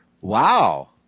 Wow